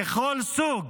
לכל סוג